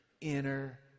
Inner